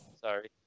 sorry